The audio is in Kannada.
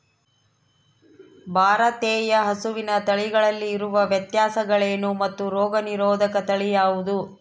ಭಾರತೇಯ ಹಸುವಿನ ತಳಿಗಳಲ್ಲಿ ಇರುವ ವ್ಯತ್ಯಾಸಗಳೇನು ಮತ್ತು ರೋಗನಿರೋಧಕ ತಳಿ ಯಾವುದು?